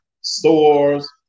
stores